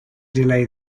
delay